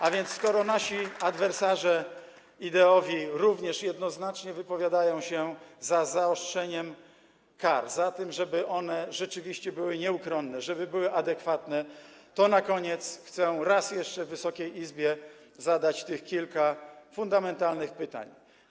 A więc skoro nasi adwersarze ideowi również jednoznacznie wypowiadają się za zaostrzeniem kar, za tym, żeby one rzeczywiście były nieuchronne, żeby były adekwatne, to na koniec chcę raz jeszcze zadać Wysokiej Izbie tych kilka fundamentalnych pytań.